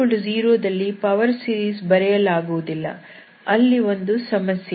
x0 ದಲ್ಲಿ power series ಬರೆಯಲಾಗುವುದಿಲ್ಲ ಅಲ್ಲಿ ಒಂದು ಸಮಸ್ಯೆ ಇದೆ